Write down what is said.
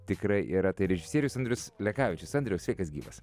tikrai yra tai režisierius andrius lekavičius andriau sveikas gyvas